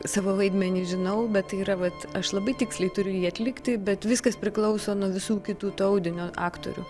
savo vaidmenį žinau bet yra vat aš labai tiksliai turiu jį atlikti bet viskas priklauso nuo visų kitų to audinio aktorių